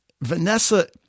Vanessa